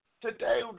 Today